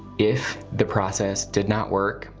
if the process did not work,